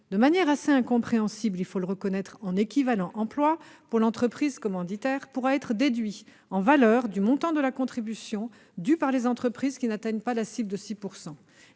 de manière assez incompréhensible, il faut le reconnaître, en équivalent emplois pour l'entreprise commanditaire, pourra être déduit en valeur du montant de la contribution due par les entreprises qui n'atteignent pas la cible de 6 %.